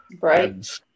Right